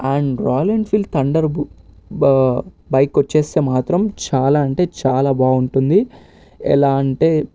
and royal Enfield thunder bike కొచ్చేస్తే మాత్రం చాలా అంటే చాలా బాగుంటుంది ఎలా అంటే